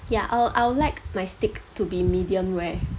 ya I'll I would like my steak to be medium rare